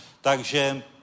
Takže